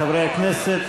חברי הכנסת,